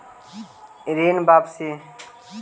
ऋण वापसी?